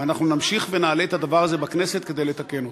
ואנחנו נמשיך ונעלה את הדבר הזה בכנסת כדי לתקן אותו.